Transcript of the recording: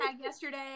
yesterday